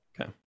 Okay